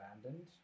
abandoned